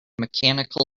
mechanical